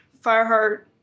Fireheart